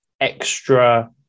extra